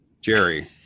jerry